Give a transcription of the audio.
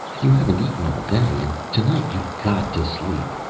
you haven't eaten all day. and tonight you've got to sleep.